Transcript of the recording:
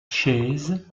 chase